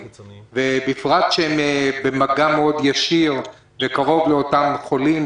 בפרט שהם במגע ישיר מאוד וקרוב לאותם חולים,